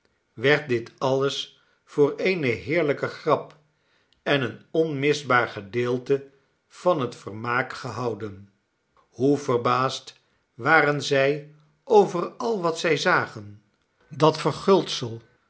werd dit alles voor eene heerlijke grap en een onmisbaar gedeelte van het vermaak gebouden hoe verbaasd waren zij over al wat zij zagen dat verguldsel